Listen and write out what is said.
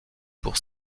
pour